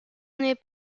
n’est